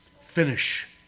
Finish